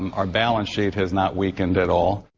our balance sheet has not weakened at all.